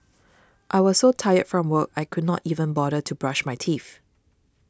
I was so tired from work I could not even bother to brush my teeth